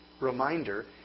reminder